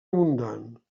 abundant